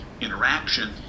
interaction